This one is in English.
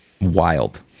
wild